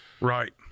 Right